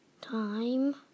time